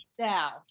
South